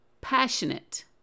passionate